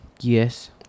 Yes